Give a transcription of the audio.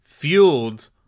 fueled